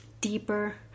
deeper